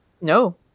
No